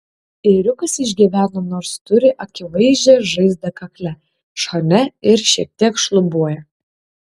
ėriukas išgyveno nors turi akivaizdžią žaizdą kakle šone ir šiek tiek šlubuoja